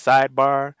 Sidebar